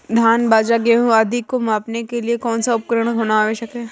धान बाजरा गेहूँ आदि को मापने के लिए कौन सा उपकरण होना आवश्यक है?